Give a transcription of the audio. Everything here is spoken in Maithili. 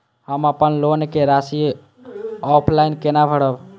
हम अपन लोन के राशि ऑफलाइन केना भरब?